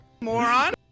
Moron